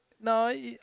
No